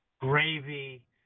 gravy